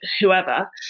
whoever